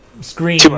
screen